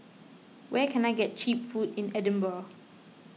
where can I get Cheap Food in Edinburgh